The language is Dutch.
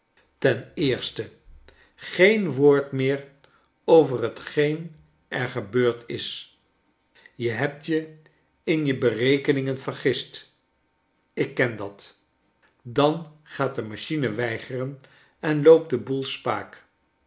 ten eerste geen woord meer over hetgeen er gebeurd is je hebt je in je berekeningen vergist ik ken dat dan gaat de machine weigeren en loopt de boel spaak